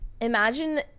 Imagine